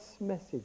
message